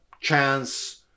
chance